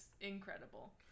incredible